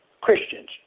Christians